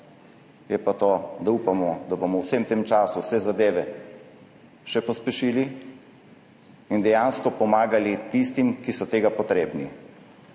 pa je, da upamo, da bomo v vsem tem času vse zadeve še pospešili in dejansko pomagali tistim, ki so tega potrebni.